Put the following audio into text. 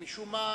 משום מה